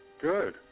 Good